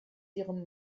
ihrem